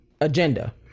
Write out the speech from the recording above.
agenda